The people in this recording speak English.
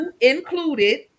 included